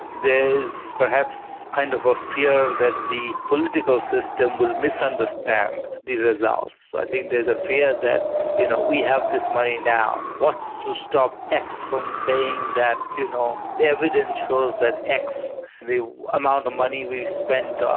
there's perhaps kind of a fear that the political system will misunderstand the results. i think there's a fear that you know we have this money now, what's to stop x from saying that you know the evidence shows that x, the amount of money we spent, um